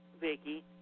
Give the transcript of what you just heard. Vicky